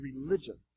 religion